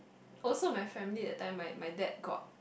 also my family that time my my dad got